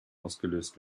ausgelöst